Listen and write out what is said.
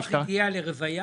הפיתוח הגיע לרוויה?